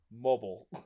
Mobile